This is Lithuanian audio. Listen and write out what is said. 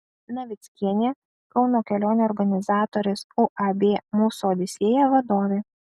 navickienė kauno kelionių organizatorės uab mūsų odisėja vadovė